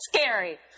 scary